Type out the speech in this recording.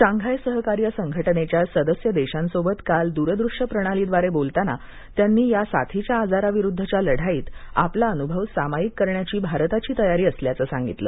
Shanghai सहकार्य संघटनेच्या सदस्य देशांसोबत काल दुरदूश्य प्रणालीद्वारे बोलताना त्यांनी या साथीच्या आजाराविरुद्धच्या लढाईत आपला अन्भव सामायिक करण्याची भारताची तयारी असल्याचं सांगितलं